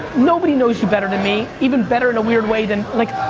nobody knows you better than me. even better in a weird way than like,